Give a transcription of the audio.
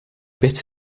bit